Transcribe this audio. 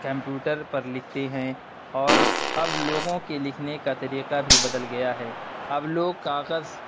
computer پر لکھتے ہیں اور اب لوگوں کے لکھنے کا طریقہ بھی بدل گیا ہے اب لوگ کاغذ